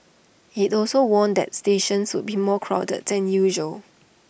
IT also warned that stations would be more crowded than usual